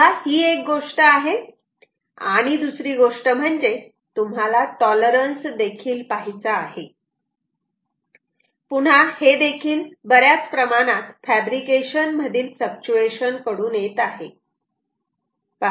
तेव्हा ही एक गोष्ट आहे आणि दुसरी गोष्ट म्हणजे तुम्हाला टॉलरन्स देखील पाहायचा आहे पुन्हा हे देखील बऱ्याच प्रमाणात फॅब्रिकेशन मधील फ्लक्चुएशन कडून येत आहेत